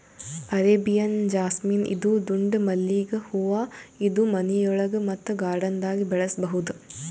Arabian jasmine ಇದು ದುಂಡ್ ಮಲ್ಲಿಗ್ ಹೂವಾ ಇದು ಮನಿಯೊಳಗ ಮತ್ತ್ ಗಾರ್ಡನ್ದಾಗ್ ಬೆಳಸಬಹುದ್